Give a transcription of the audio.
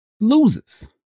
loses